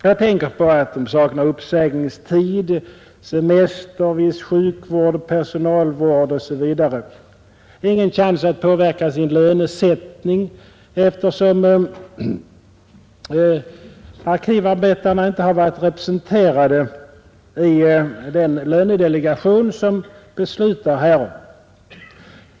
Jag tänker på att de saknar uppsägningstid, semester, viss sjukvård, personalvård osv. De har ingen chans att påverka sin lönesättning eftersom arkivarbetarna inte har varit representerade i den lönedelegation som beslutar därom.